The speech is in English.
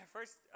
First